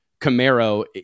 Camaro